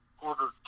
ordered